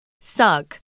Suck